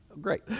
Great